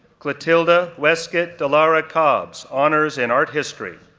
clotilde ah westcott delara cobbs, honors in art history,